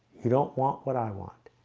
you don't want what i want.